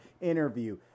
interview